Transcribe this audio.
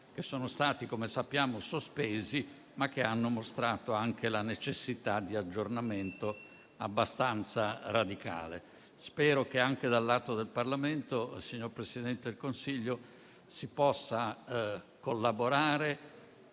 che, come sappiamo, sono stati sospesi, ma hanno mostrato anche la necessità di un aggiornamento abbastanza radicale. Spero che anche dal lato del Parlamento, signor Presidente del Consiglio, si possa collaborare,